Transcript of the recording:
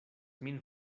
min